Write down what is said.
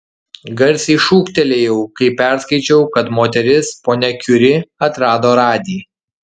garsiai šūktelėjau kai perskaičiau kad moteris ponia kiuri atrado radį